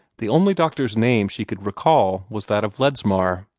the only doctor's name she could recall was that of ledsmar.